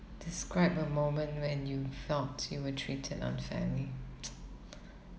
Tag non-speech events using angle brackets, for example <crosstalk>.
describe a moment when you thought you were treated unfairly <noise>